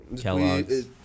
Kellogg's